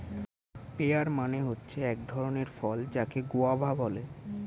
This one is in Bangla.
পেয়ার মানে হচ্ছে এক ধরণের ফল যাকে গোয়াভা বলে